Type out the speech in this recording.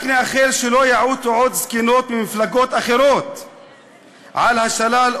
רק נאחל שלא יעוטו עוד זקנות ממפלגות אחרות על השלל,